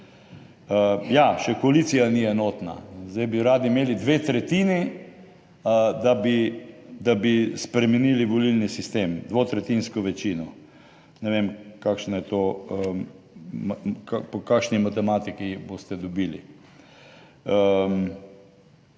Ja, še koalicija ni enotna, zdaj bi radi imeli dve tretjini, da bi, da bi spremenili volilni sistem, dvotretjinsko večino. Ne vem kakšno je to, po kakšni matematiki boste dobili.